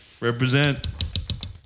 Represent